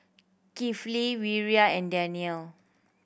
Kifli Wira and Daniel